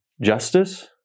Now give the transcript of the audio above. Justice